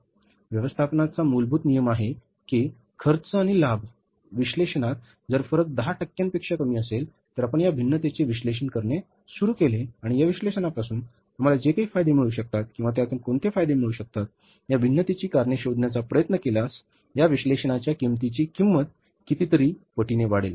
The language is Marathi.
व्यवस्थापनाचा मूलभूत नियम आहे की खर्च आणि लाभ विश्लेषणात जर फरक 10 टक्क्यांपेक्षा कमी असेल तर आपण या भिन्नतेचे विश्लेषण करणे सुरू केले आणि या विश्लेषणापासून आम्हाला जे काही फायदे मिळू शकतात किंवा त्यातून कोणते फायदे मिळू शकतात या भिन्नतेची कारणे शोधण्याचा प्रयत्न केल्यास या विश्लेषणाच्या किंमतीची किंमत कितीतरी पटीने वाढेल